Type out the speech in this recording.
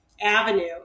avenue